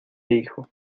hijo